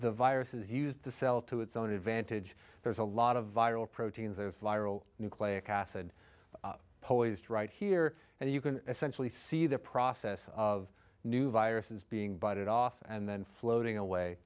the viruses use the cell to its own advantage there's a lot of viral proteins of viral nucleic acid polarized right here and you can essentially see the process of new viruses being bought it off and then floating away